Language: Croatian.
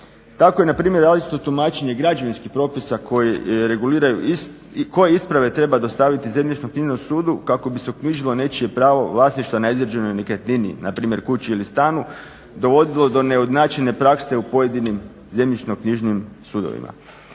Tako je npr. različito tumačenje građevinskih propisa koji isprave treba dostaviti zemljišnoknjižnom sudu kako bi se uknjižilo pravo vlasništva na izrađenoj nekretnini npr. kuće ili stanu dovodilo do neujednačene prakse u pojedinim zemljišnoknjižnim sudovima.